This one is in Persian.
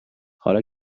حالا